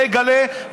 בייגלה,